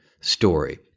story